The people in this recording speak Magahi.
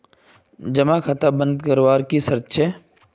जमा खाता बन करवार की शर्त छे?